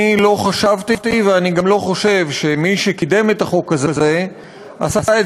אני לא חשבתי ואני גם לא חושב שמי שקידם את החוק הזה עשה את